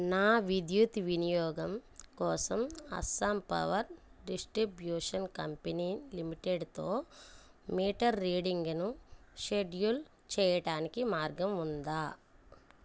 నా విద్యుత్ వినియోగం కోసం అస్సాం పవర్ డిస్ట్రిబ్యూషన్ కంపెనీ లిమిటెడ్తో మీటర్ రీడింగును షెడ్యూల్ చేయటానికి మార్గం ఉందా